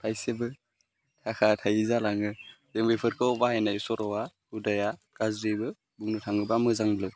थाइसेबो थाखा थायि जालाङो जों बेफोरखौ बाहायनाय सर'आ हुदाया गाज्रिबो बुंनो थाङोबा मोजांबो